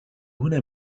هنا